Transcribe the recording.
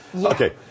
Okay